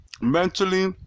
mentally